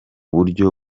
buryo